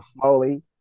slowly